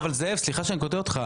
זאב, סליחה שאני קוטע אותך.